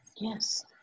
yes